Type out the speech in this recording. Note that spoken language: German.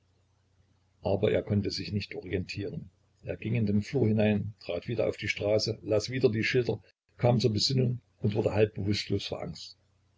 aber er konnte sich nicht orientieren er ging in den flur hinein trat wieder auf die straße las wieder die schilder kam zur besinnung und wurde halb bewußtlos vor angst